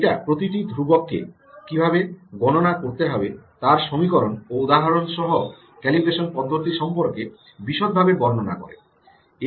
এটা প্রতিটি ধ্রুবককে কীভাবে গণনা করতে হবে তার সমীকরণ ও উদাহরণ সহ ক্যালিব্রেশন পদ্ধতি সম্পর্কে বিশদ ভাবে বর্ণনা করে